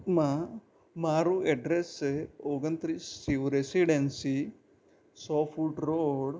માં મારું એડ્રેસ છે ઓગણત્રીસ શિવ રેસીડેન્સી સો ફૂટ રોડ